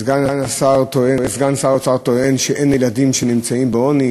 סגן שר האוצר טוען שאין ילדים שנמצאים בעוני,